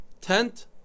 tent